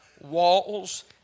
walls